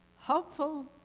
hopeful